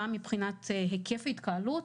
גם מבחינת היקף ההתקהלות.